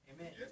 Amen